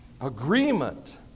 agreement